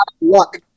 luck